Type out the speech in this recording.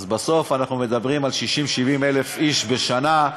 אז בסוף אנחנו מדברים על 60,000 70,000 איש בשנה.